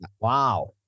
Wow